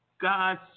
God